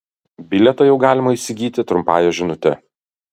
bilietą jau galima įsigyti trumpąja žinute